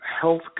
health